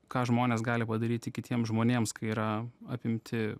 ką žmonės gali padaryti kitiem žmonėms kai yra apimti